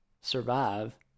survive